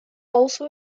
also